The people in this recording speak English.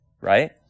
right